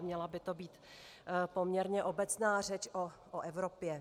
Měla by to být poměrně obecná řeč o Evropě.